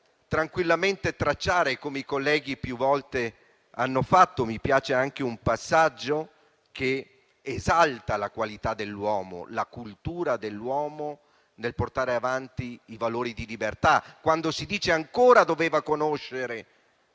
tranquillamente tracciare, come i colleghi più volte hanno fatto, un passaggio che esalta la qualità e la cultura dell'uomo nel portare avanti i valori di libertà, quando si dice che ancora doveva conoscere